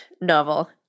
novel